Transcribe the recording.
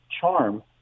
charm